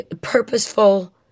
purposeful